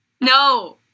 No